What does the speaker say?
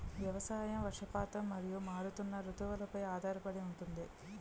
వ్యవసాయం వర్షపాతం మరియు మారుతున్న రుతువులపై ఆధారపడి ఉంటుంది